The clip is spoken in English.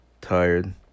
Tired